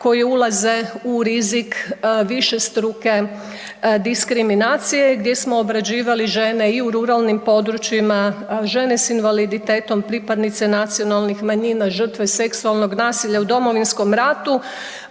koji ulaze u rizik višestruke diskriminacije gdje smo obrađivali žene i u ruralnim područjima, žene s invaliditetom, pripadnice nacionalnih manjina, žrtve seksualnog nasilja u Domovinskom ratu,